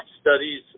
studies